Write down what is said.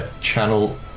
Channel